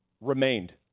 remained